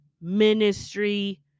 ministry